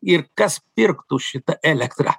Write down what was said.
ir kas pirktų šitą elektrą